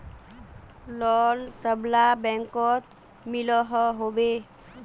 Loan सबला बैंकोत मिलोहो होबे?